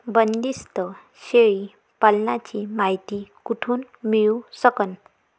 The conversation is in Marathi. बंदीस्त शेळी पालनाची मायती कुठून मिळू सकन?